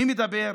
מי מדבר?